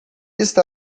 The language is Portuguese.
está